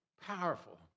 powerful